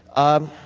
i